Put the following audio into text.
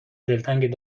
دلتنگ